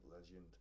legend